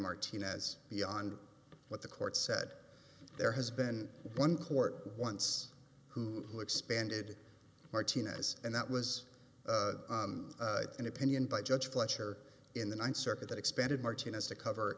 martinez beyond what the court said there has been one court once who expanded martinez and that was an opinion by judge fletcher in the ninth circuit expanded martinez to cover